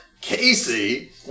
Casey